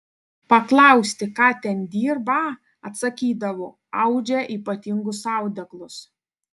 paklausti ką ten dirbą atsakydavo audžią ypatingus audeklus